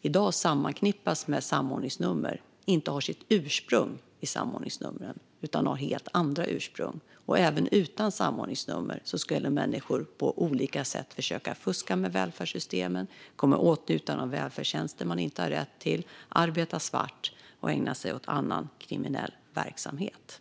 i dag förknippas med samordningsnummer inte har sitt ursprung i samordningsnumren. Även utan samordningsnummer skulle människor på olika sätt försöka fuska med välfärdssystemen, komma i åtnjutande av välfärdstjänster de inte har rätt till, arbeta svart och ägna sig åt annan kriminell verksamhet.